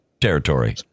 territory